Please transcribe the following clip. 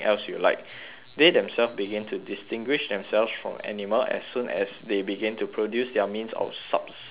they themselves begin to distinguish themselves from animal as soon as they begin to produce their means of subsistence